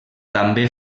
també